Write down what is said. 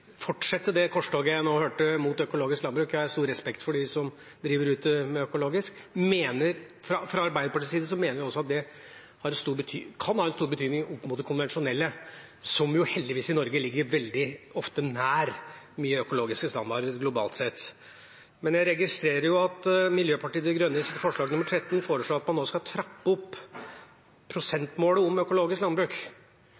fortsette det korstoget jeg nå hørte, mot økologisk landbruk. Jeg har stor respekt for dem som driver økologisk. Fra Arbeiderpartiets side mener vi at det kan ha stor betydning opp mot det konvensjonelle, som i Norge heldigvis veldig ofte ligger nær mange økologiske standarder, globalt sett. Jeg registrerer at man i Miljøpartiet De Grønnes forslag nr. 13 foreslår at man nå skal «trappe opp